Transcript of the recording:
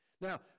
Now